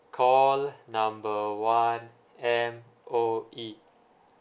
call number one M_O_E